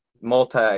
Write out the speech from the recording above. multi